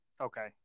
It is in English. Okay